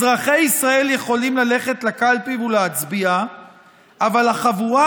אזרחי ישראל יכולים ללכת לקלפי ולהצביע אבל החבורה